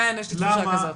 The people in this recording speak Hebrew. כן, יש לי תחושה כזאת.